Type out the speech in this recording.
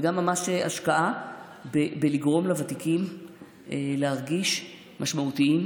וגם ממש השקעה בלגרום לוותיקים להרגיש משמעותיים,